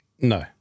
No